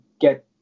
get